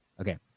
Okay